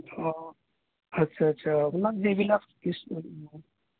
অঁ আচ্ছা আচ্ছা আপোনাক সেইবিলাক